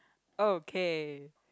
okay